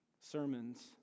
sermons